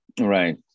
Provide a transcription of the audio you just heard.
right